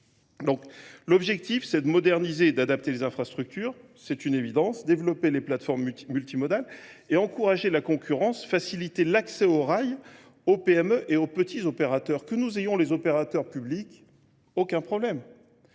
L'objectif, c'est de moderniser et d'adapter les infrastructures, c'est une évidence, développer les plateformes multimodales et encourager la concurrence, faciliter l'accès aux rails, aux PME et aux petits opérateurs. Que nous ayons les opérateurs publics, aucun problème.